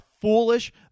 foolish